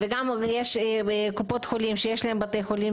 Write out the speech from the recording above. וגם יש קופות חולים שיש להם בתי חולים